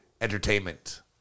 entertainment